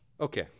Okay